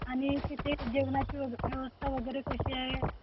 आणि तिथे जेवणाची व व्यवस्था वगैरे कशी आहे